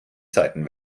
seiten